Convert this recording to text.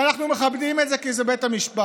ואנחנו מכבדים את זה כי זה בית המשפט.